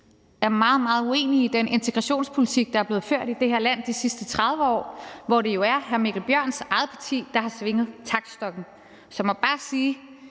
meget uenige i den integrationspolitik, der er blevet ført i det her land de sidste 30 år, hvor det jo er hr. Mikkel Bjørns eget parti, der har svinget taktstokken. Så jeg må bare sige,